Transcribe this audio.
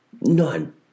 None